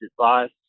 advice